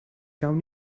gawn